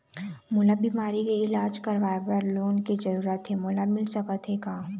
मोला बीमारी के इलाज करवाए बर लोन के जरूरत हे मोला मिल सकत हे का?